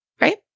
Right